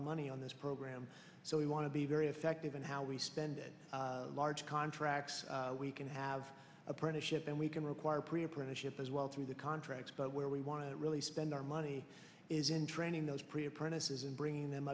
of money on this program so we want to be very effective in how we spend large contracts we can have apprenticeship and we can require pre apprenticeship as well through the contracts but where we want to really spend our money is in training those pre apprentices and bringing them